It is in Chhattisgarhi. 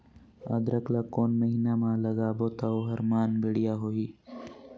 अदरक ला कोन महीना मा लगाबो ता ओहार मान बेडिया होही?